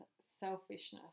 selfishness